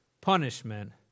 punishment